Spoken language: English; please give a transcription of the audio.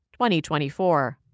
2024